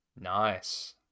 Nice